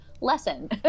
lesson